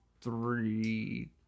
three